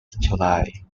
july